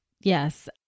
Yes